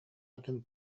атын